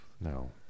no